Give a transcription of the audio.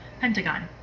Pentagon